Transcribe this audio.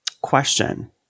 question